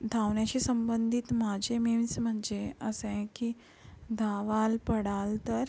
धावण्याशी संबंधित माझे मीम्स म्हणजे असं आहे की धावाल पडाल तर